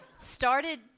started